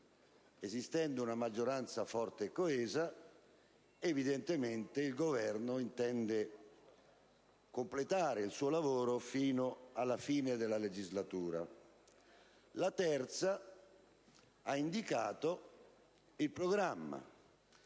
esistendo una maggioranza forte e coesa, evidentemente il Governo intende completare il suo lavoro fino alla fine della legislatura. Nel terzo passaggio ha indicato il programma.